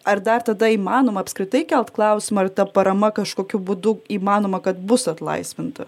ar dar tada įmanoma apskritai kelt klausimą ar ta parama kažkokiu būdu įmanoma kad bus atlaisvinta